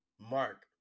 Mark